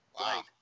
Wow